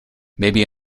maybe